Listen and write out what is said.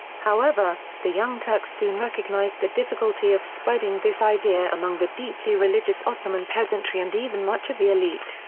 however, the young turks soon recognized the difficulty of spreading this idea among the deeply religious ottoman peasantry and even much of the elite,